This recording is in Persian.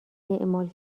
اعمال